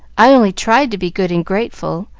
i only tried to be good and grateful,